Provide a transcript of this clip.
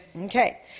okay